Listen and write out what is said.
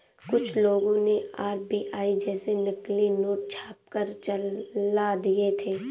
कुछ लोगों ने आर.बी.आई जैसे नकली नोट छापकर चला दिए थे